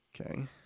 Okay